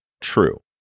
true